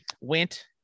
went